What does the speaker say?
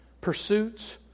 pursuits